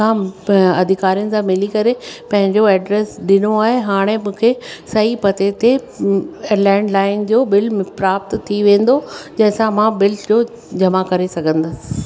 खां अधिकारियुनि सां मिली करे पंहिंजो एड्रेस ॾिनो आहे हाणे मूंखे सही पते ते लैंडलाइन जो बिल प्राप्त थी वेंदो जंहिंसां मां बिल जो जमा करे सघंदसि